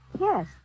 Yes